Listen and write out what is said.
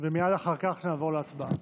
מייד אחר כך נעבור להצבעה.